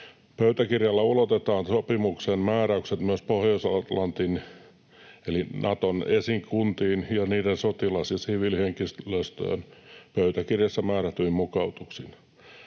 Pöytäkirjalla ulotetaan sopimuksen määräykset myös Pohjois-Atlantin eli Naton esikuntiin ja niiden sotilas- ja siviilihenkilöstöön pöytäkirjassa määrätyin mukautuksin.